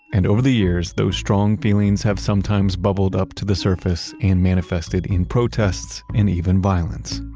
and over the years those strong feelings have sometimes bubbled up to the surface and manifested in protests and even violence.